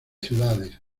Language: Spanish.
ciudades